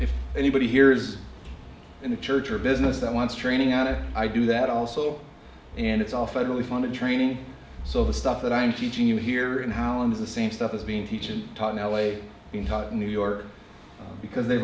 if anybody here is in a church or a business that wants training out of i do that also and it's all federally funded training so the stuff that i'm teaching you here and how it is the same stuff as being teaching taught in l a being taught in new york because they